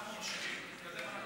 אנחנו ממשיכים.